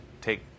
take